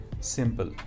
simple